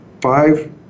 five